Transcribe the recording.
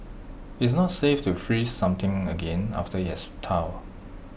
IT is not safe to freeze something again after IT has thawed